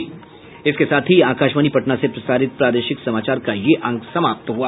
इसके साथ ही आकाशवाणी पटना से प्रसारित प्रादेशिक समाचार का ये अंक समाप्त हुआ